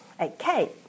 Okay